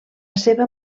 seva